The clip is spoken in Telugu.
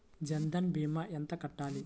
జన్ధన్ భీమా ఎంత కట్టాలి?